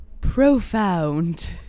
profound